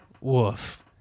woof